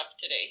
today